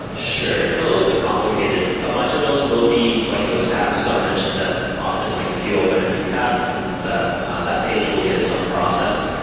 sure. it's a little bit complicated. a bunch of those will be, like those tabs, so i mentioned that often like if you open a new tab then that that page will get its own process.